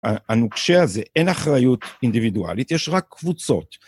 הנוקשה הזה אין אחריות אינדיבידואלית, יש רק קבוצות.